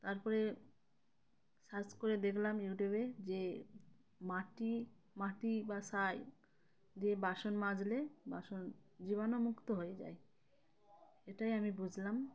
তারপরে সার্চ করে দেখলাম ইউটিউবে যে মাটি মাটি বা ছাই দিয়ে বাসন মাজলে বাসন জীবাণুমুক্ত হয়ে যায় এটাই আমি বুঝলাম